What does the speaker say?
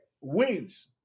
wins